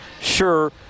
Sure